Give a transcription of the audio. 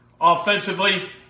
offensively